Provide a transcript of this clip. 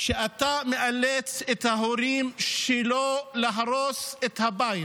שאתה מאלץ את ההורים שלו להרוס את הבית,